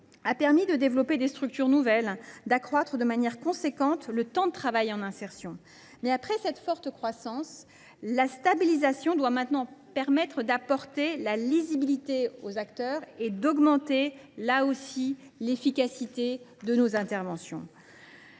a permis de développer des structures nouvelles et d’augmenter de manière importante le temps de travail en insertion. Mais, après cette forte croissance, la stabilisation doit maintenant apporter de la lisibilité aux acteurs et accroître l’efficacité de nos interventions.